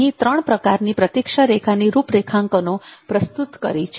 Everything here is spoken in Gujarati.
અહીં ત્રણ પ્રકારની પ્રતીક્ષા રેખાની રૂપરેખાંકનો પ્રસ્તુત કરેલ છે